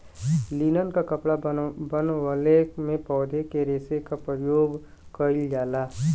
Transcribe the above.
linen क कपड़ा बनवले में पौधा के रेशा क परयोग कइल जाला